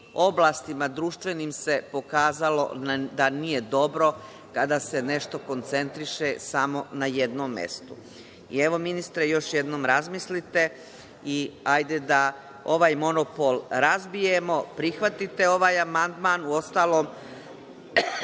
oblastima, društvenim, se pokazalo da nije dobro kada se nešto koncentriše samo na jednom mestu. Ministre još jednom razmislite i hajde da ovaj monopol razbijemo, prihvatite ovaj amandman. Uostalom,